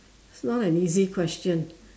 it's not an easy question